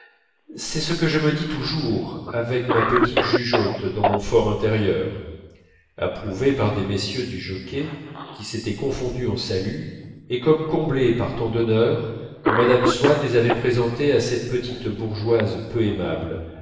c'est ce que je me dis toujours avec ma petite jugeotte dans mon for intérieur approuvée par des messieurs du jockey qui s'étaient confondus en saluts et comme comblés par tant d'honneur quand mme swann les avait présentés à cette petite bourgeoise peu aimable